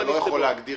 אתה לא יכול להגדיר.